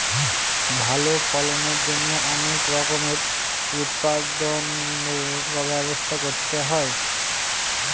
ভালো ফলনের জন্যে অনেক রকমের উৎপাদনর ব্যবস্থা করতে হয়